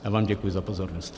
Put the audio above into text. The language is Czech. Já vám děkuji za pozornost.